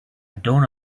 don’t